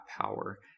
power